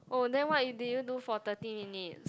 oh then what you did you do for thirty minutes